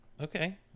Okay